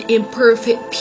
imperfect